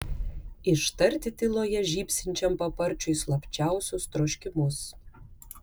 ištarti tyloje žybsinčiam paparčiui slapčiausius troškimus